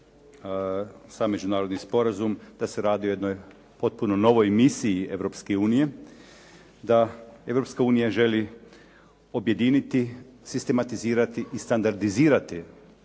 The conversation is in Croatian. sam međunarodni sporazum da se radi o jednoj potpuno novoj misiji Europske unije, da Europska unija želi objediniti, sistematizirati i standardizirati